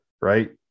right